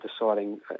deciding